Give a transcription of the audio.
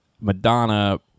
Madonna